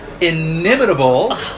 inimitable